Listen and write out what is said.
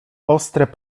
ostre